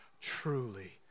truly